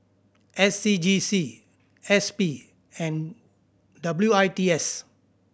S C G C S P and W I T S